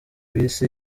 bisi